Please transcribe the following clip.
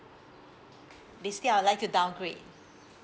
basically I'd like to downgrade